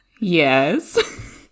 yes